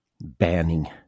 Banning